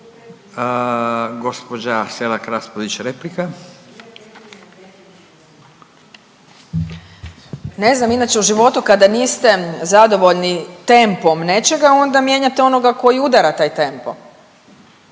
Raspudić, Marija (Nezavisni)** Ne znam inače u životu kada niste zadovoljni tempom nečega, onda mijenjate onoga koji udara taj tempo,